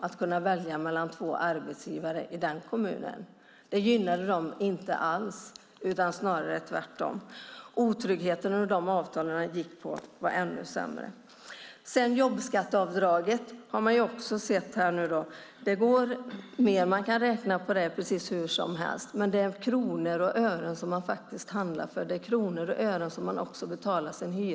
Att kunna välja mellan två arbetsgivare i kommunen gynnade dem inte alls utan tvärtom. Otryggheten i deras avtal var ännu större. Man kan räkna på jobbskatteavdraget precis hur som helst, men det är kronor och ören man handlar för. Det är kronor och ören man betalar hyra med.